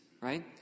right